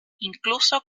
incluso